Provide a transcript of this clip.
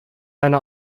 eine